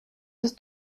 des